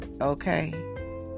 Okay